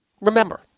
Remember